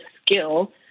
skill